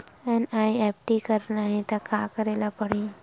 NEFT करना हे त का करे ल पड़हि?